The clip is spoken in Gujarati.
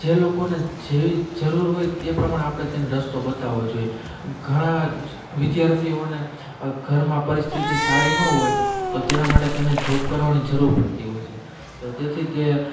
જે લોકોને જેવી જરૂર હોય તે પ્રમાણે આપણે તેને રસ્તો બતાવવો જોઈએ ઘણા વિદ્યાર્થીઓને ઘરમાં પરિસ્થિતિ સારી ન હોય તો તેના માટે તેને જોબ કરવાની જરૂર પડતી હોય છે તો તેથી તે